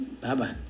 Bye-bye